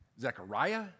Zechariah